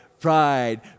pride